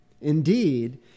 Indeed